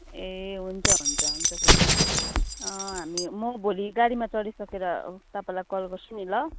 ए हुन्छ हुन्छ हुन्छ फुपू हामी म भोलि गाडीमा चढिसकेर तपाईँलाई कल गर्छु नि ल